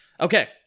Okay